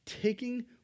Taking